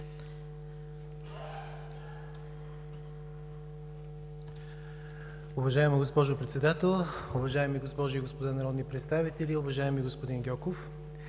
Уважаема госпожо Председател, уважаеми госпожи и господа народни представители! Уважаеми господин Гьоков,